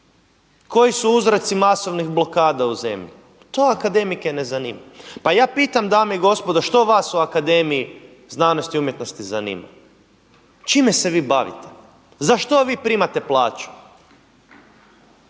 Koji su uzroci masovnih blokada u zemlji to akademike ne zanima? Pa ja pitam dame i gospodo što vas u Akademiji znanosti i umjetnosti zanima? Čime se vi bavite, za što vi primate plaću?